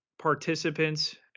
participants